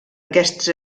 aquests